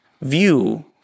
view